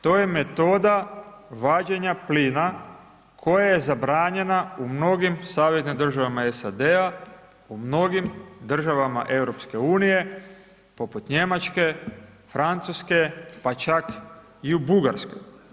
To je metoda vađenja plina koja je zabranjena u mnogim saveznim državama SAD-a, u mnogim državama Europske unije poput Njemačke, Francuske, pa čak i u Bugarskoj.